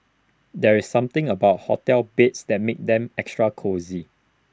there is something about hotel beds that makes them extra cosy